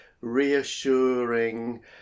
reassuring